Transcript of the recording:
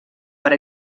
per